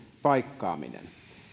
paikkaaminen